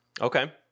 Okay